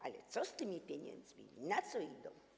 Ale co z tymi pieniędzmi, na co idą?